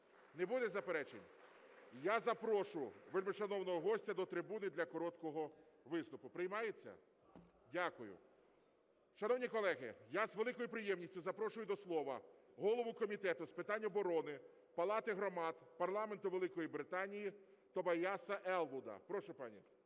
Не буде заперечень? Я запрошу вельмишановного гостя до трибуни для короткого виступу. Приймається? Дякую. Шановні колеги, я з великою приємністю запрошую до слова голову Комітету з питань оборони Палати громад Парламенту Великої Британії Тобайяса Елвуда. Прошу, пане